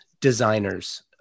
designers